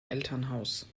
elternhaus